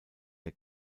der